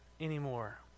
anymore